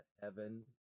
heaven